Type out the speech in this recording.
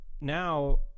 now